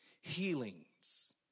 healings